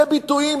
אלה ביטויים,